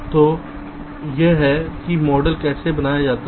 तो यह है कि मॉडल कैसे बनाया जाता है